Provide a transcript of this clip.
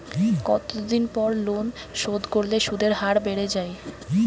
কতদিন পর লোন শোধ করলে সুদের হার বাড়ে য়ায়?